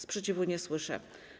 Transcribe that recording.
Sprzeciwu nie słyszę.